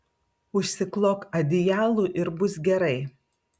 užsiklok adijalu ir bus gerai